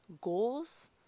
Goals